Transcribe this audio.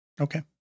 okay